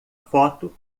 foto